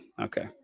Okay